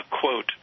quote